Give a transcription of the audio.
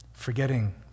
Forgetting